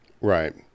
Right